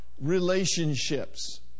relationships